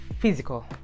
physical